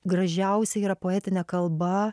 gražiausia yra poetinė kalba